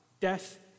Death